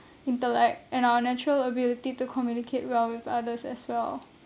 intellect and our natural ability to communicate well with others as well